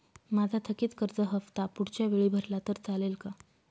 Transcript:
माझा थकीत कर्ज हफ्ता पुढच्या वेळी भरला तर चालेल का?